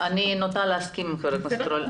אני נוטה להסכים עם חב הכנסת רול.